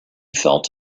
felt